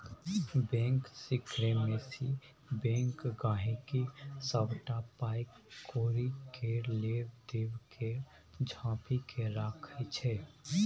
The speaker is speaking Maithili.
बैंक सिकरेसीमे बैंक गांहिकीक सबटा पाइ कौड़ी केर लेब देब केँ झांपि केँ राखय छै